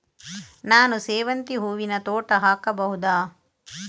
ನಾನು ಸೇವಂತಿ ಹೂವಿನ ತೋಟ ಹಾಕಬಹುದಾ?